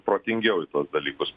protingiau į tuos dalykus